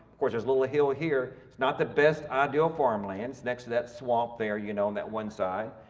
course there's little hill here. it's not the best ideal farmland, it's next to that swamp there you know on that one side.